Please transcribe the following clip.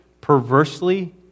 perversely